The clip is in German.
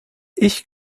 ich